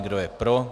Kdo je pro?